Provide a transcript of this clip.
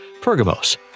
Pergamos